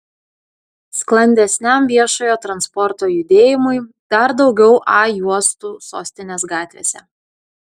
sklandesniam viešojo transporto judėjimui dar daugiau a juostų sostinės gatvėse